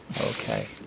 Okay